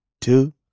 two